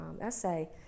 essay